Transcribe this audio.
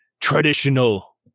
traditional